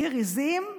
דיר עיזים,